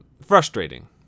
frustrating